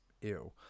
ew